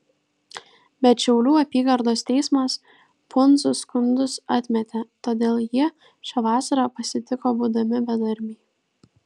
bet šiaulių apygardos teismas pundzų skundus atmetė todėl jie šią vasarą pasitiko būdami bedarbiai